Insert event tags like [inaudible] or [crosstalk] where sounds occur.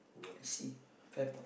[noise] I see fair point